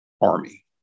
army